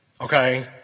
Okay